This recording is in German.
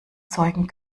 zeugen